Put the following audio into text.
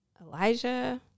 Elijah